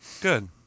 good